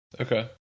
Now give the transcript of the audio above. Okay